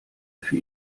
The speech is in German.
für